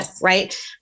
right